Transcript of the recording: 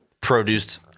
produced